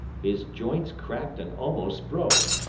his joints cracked and almost broke.